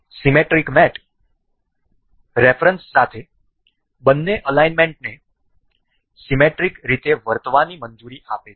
symmetric mat reference સાથે બંને એલિમેન્ટને સીમેટ્રિક રીતે વર્તવાની મંજૂરી આપે છે